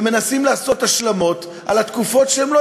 ומנסים לעשות השלמות על התקופות שהם לא